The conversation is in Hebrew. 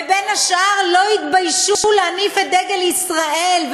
ובין השאר לא התביישו להניף את דגל ישראל,